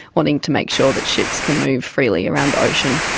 wanting to make sure that ships can move freely around the ocean,